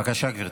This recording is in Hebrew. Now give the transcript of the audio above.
בבקשה, גברתי.